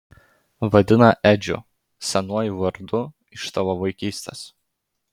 vadina edžiu senuoju vardu iš tavo vaikystės